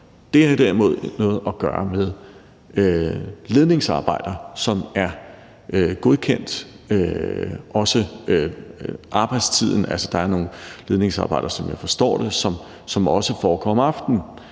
Det har derimod noget at gøre med ledningsarbejder, som er godkendt – også arbejdstiden. Altså, der er, som jeg forstår det, nogle ledningsarbejder, som også foregår om aftenen,